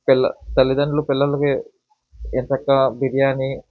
తల్లిదండ్రులు పిల్లలకి ఎంచక్కా బిర్యానీ